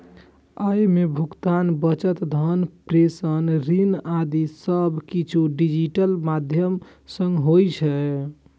अय मे भुगतान, बचत, धन प्रेषण, ऋण आदि सब किछु डिजिटल माध्यम सं होइ छै